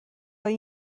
این